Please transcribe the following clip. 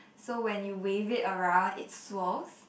so when you wave it around it swerves